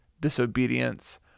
disobedience